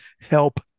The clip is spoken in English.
Help